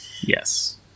Yes